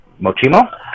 Mochimo